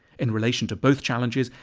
in relation to both challenges,